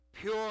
pure